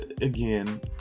again